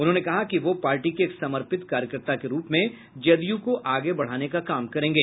उन्होंने कहा कि वह पार्टी के एक समर्पित कार्यकर्ता के रूप में जदयू को आगे बढ़ाने का काम करेंगे